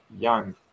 young